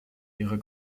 ihrer